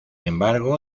embargo